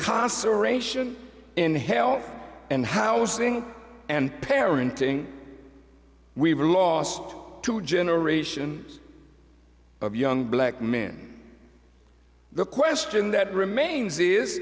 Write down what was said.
conservation in health and housing and parenting we've lost two generations of young black men the question that remains is